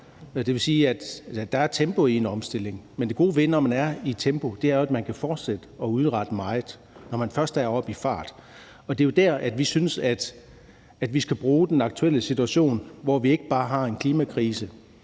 Det vil sige, at der er tempo i omstillingen. Og det gode ved at være oppe i tempo er jo, at man kan fortsætte og udrette meget. Det kan man, når man først er oppe i fart. Der synes vi jo, at vi skal bruge den aktuelle situation, hvor vi ikke bare har en klimakrise,